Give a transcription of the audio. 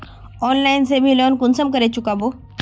Online से ती loan कुंसम करे चुकाबो?